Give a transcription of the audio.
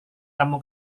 kamu